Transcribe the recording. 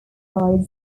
size